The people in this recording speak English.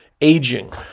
aging